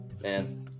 Man